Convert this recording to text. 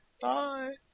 Bye